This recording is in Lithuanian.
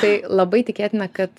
tai labai tikėtina kad